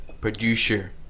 producer